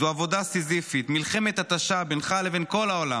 זו עבודה סיזיפית, מלחמת התשה בינך לבין כל העולם.